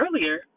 earlier